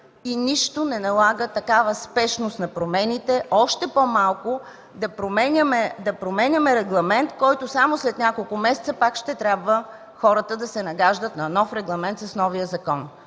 и нищо не налага такава спешност на промените, още по-малко да променяме регламент, към който само след няколко месеца хората пак ще трябва да се нагаждат във връзка с новия закон.